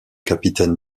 capitaine